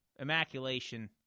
immaculation